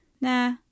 Nah